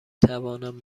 توانم